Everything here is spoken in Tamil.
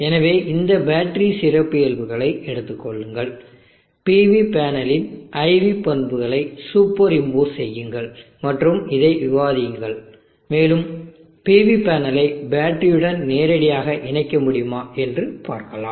எனவே இந்த பேட்டரி சிறப்பியல்புகளை எடுத்துக் கொள்ளுங்கள் PV பேனலின் IV பண்புகளை சூப்பர் இம்போஸ் செய்யுங்கள் மற்றும் இதை விவாதியுங்கள் மேலும் PV பேனலை பேட்டரியுடன் நேரடியாக இணைக்க முடியுமா என்று பார்க்கலாம்